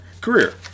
Career